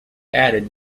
added